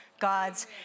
God's